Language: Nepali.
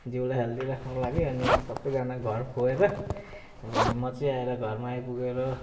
जिउलाई हेल्दी राख्नुको लागि अनि सबैजना घर गएर अनि म चाहिँ आएर घरमा आइपुगेर